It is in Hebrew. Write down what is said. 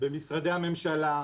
במשרדי הממשלה,